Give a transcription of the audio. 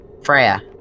Freya